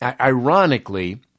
Ironically